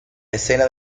escena